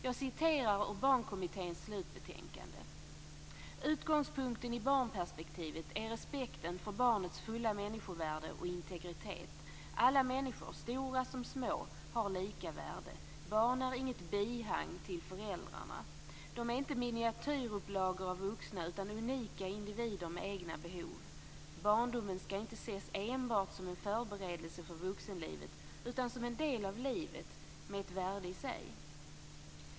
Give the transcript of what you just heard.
Jag citerar ur Barnkommitténs slutbetänkande: "Utgångspunkten i barnperspektivet är respekten för barnets fulla människovärde och integritet. Alla människor - stora som små - har lika värde. Barn är inte bihang till föräldrarna. De är inte miniatyrupplagor av vuxna utan unika individer med egna behov. Barndomen skall inte ses enbart som en förberedelse för vuxenlivet utan som en del av livet med ett värde i sig."